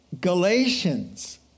Galatians